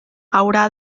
haurà